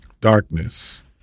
Darkness